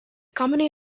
company